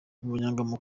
umunyamabanga